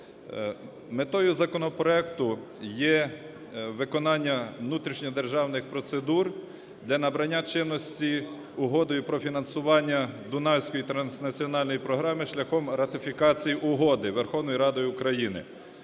Метою законопроекту є виконання внутрішньодержавних процедур для набрання чинності Угодою про фінансування Дунайської транснаціональної програми шляхом ратифікації угоди Верховною Радою України.